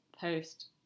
post